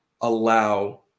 allow